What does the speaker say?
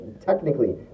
technically